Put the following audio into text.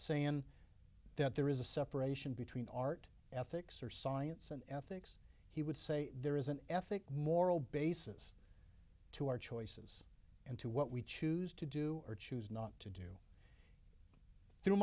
saying that there is a separation between art ethics or science and ethics he would say there is an ethic moral basis to our choices and to what we choose to do or choose not to do through